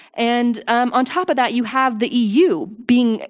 and um on top of that you have the eu, being,